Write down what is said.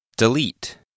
Delete